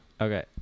Okay